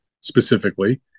specifically